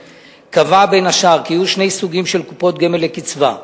קבע בין השאר כי יהיו שני סוגים של קופות גמל לקצבה: